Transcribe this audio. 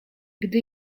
gdy